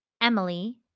Emily